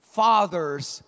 fathers